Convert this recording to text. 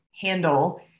handle